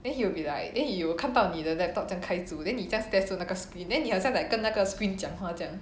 hen he will be like then he will 看到你的 laptop 在开住 then 你在 stare 住那个 screen then 好像 like 跟那个 screen 讲话这样